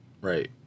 Right